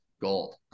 gold